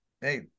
hey